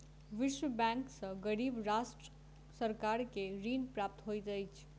विश्व बैंक सॅ गरीब राष्ट्रक सरकार के ऋण प्राप्त होइत अछि